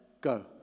Go